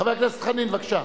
חבר הכנסת חנין, בבקשה.